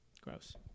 Gross